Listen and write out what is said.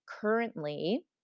currently